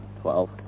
twelve